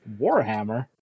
Warhammer